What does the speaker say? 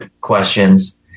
questions